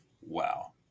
wow